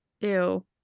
Ew